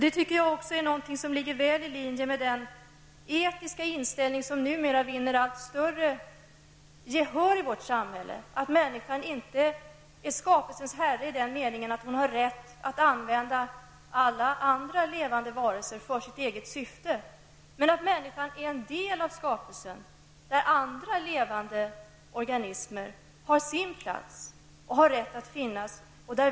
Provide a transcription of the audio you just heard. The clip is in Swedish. Detta ligger väl i linje med den etiska inställning som numera vinner allt större gehör i vårt samhälle -- människan är inte skapelsens herre i den meningen att hon har rätt att använda alla andra levande varelser för sitt eget syfte. Människan är dock en del av skapelsen där andra levande organismer har sin plats och har rätt att finnas.